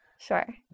Sure